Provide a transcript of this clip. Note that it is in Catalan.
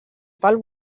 pel